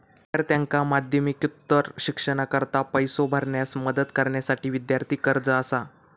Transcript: विद्यार्थ्यांका माध्यमिकोत्तर शिक्षणाकरता पैसो भरण्यास मदत करण्यासाठी विद्यार्थी कर्जा असा